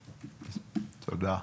תודה.